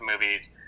movies